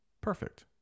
perfect